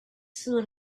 soon